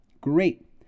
Great